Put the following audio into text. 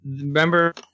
remember